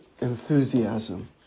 enthusiasm